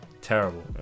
Terrible